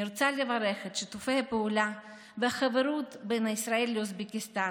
אני רוצה לברך על שיתופי הפעולה והחברות בין ישראל לאוזבקיסטן,